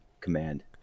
command